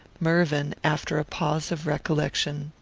mervyn, after a pause of recollection,